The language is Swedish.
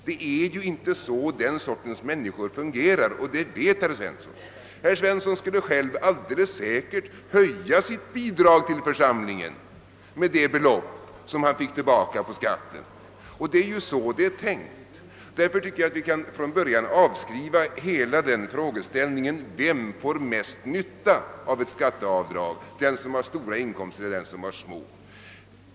Det är inte så den sortens människor fungerar, och det vet herr Svensson. Herr Svensson skulle själv alldeles säkert höja sitt bidrag till församlingen med det belopp som han fick tillbaka på skatten. Det är ju så det är tänkt. Därför tycker jag att vi från början kan avskriva hela frågeställningen om vem som får mest nytta av ett skatteavdrag — den som har stora inkomster eller den som har små.